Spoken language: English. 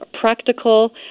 practical